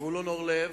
(18 במרס 2009):